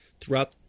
throughout